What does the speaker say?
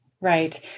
Right